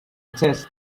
chess